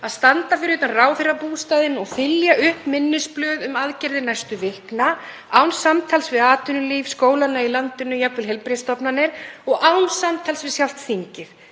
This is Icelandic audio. að standa fyrir utan ráðherrabústaðinn og þylja upp minnisblöð um aðgerðir næstu vikna án samtals við atvinnulíf, skólana í landinu, jafnvel heilbrigðisstofnanir og án samtals við þingið